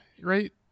right